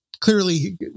clearly